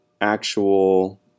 actual